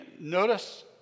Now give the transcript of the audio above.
notice